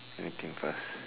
let me think first